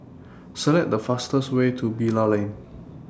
Select The fastest Way to Bilal Lane